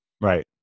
Right